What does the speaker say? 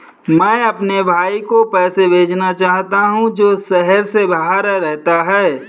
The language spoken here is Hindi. मैं अपने भाई को पैसे भेजना चाहता हूँ जो शहर से बाहर रहता है